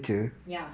ya